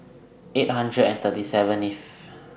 eight hundred and thirty seven If